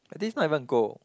but this not even gold